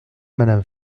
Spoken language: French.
madame